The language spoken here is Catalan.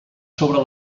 sobre